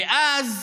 ואז